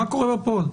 מה קורה בפועל?